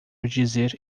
dizer